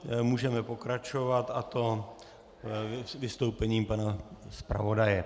Můžeme pokračovat, a to vystoupením pana zpravodaje.